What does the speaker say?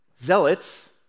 Zealots